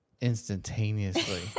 instantaneously